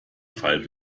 fall